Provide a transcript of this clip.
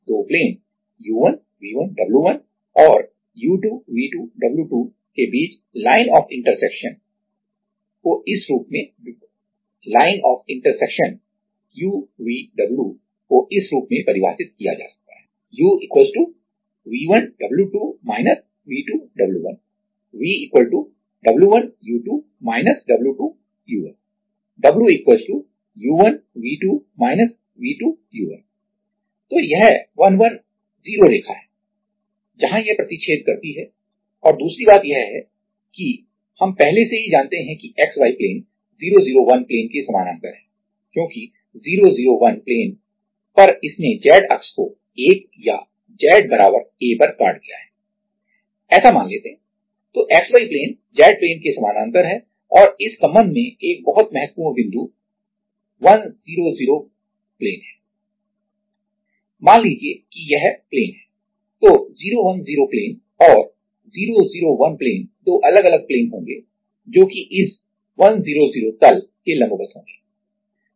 दो प्लेन और के बीच लाइन ऑफ इंटरसेक्शन को इस रूप में परिभाषित किया जा सकता है तो यह 110 रेखा है जहां यह प्रतिच्छेद करती है और दूसरी बात यह है कि हम पहले से ही जानते हैं कि XY प्लेन 001 प्लेन के समानांतर है क्योंकि 001 प्लेन पर इसने Z अक्ष को 1 या Z a पर काट दिया है ऐसा मान लेते हैं तो XY प्लेन Z प्लेन के समानांतर है और इस संबंध में एक बहुत महत्वपूर्ण बिंदु 100 प्लेन है मान लीजिए कि यह प्लेन है तो 010 प्लेन और 001 प्लेन दो अलग अलग प्लेन होंगे जो कि इस 100 तल के लंबवत होंगे